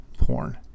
porn